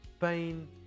pain